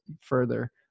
further